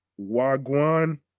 wagwan